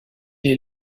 est